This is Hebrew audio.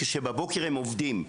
כשבבוקר הם עובדים,